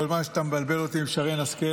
כל זמן שאתה מבלבל אותי עם שרן השכל,